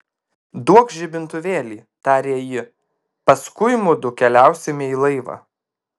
duokš žibintuvėlį tarė ji paskui mudu keliausime į laivą